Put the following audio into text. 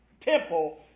temple